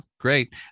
Great